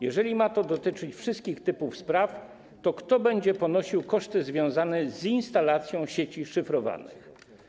Jeżeli ma to dotyczyć wszystkich typów spraw, to kto będzie ponosił koszty związane z instalacją sieci szyfrowanych?